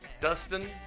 dustin